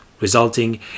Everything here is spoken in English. resulting